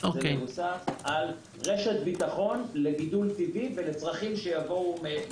זה מבוסס על רשת ביטחון לגידול טבעי ולצרכים שיבואו.